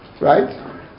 right